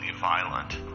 violent